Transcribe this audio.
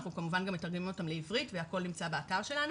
אנחנו כמובן גם מתרגמים אותן לעברית והכל נמצא באתר שלנו.